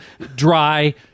dry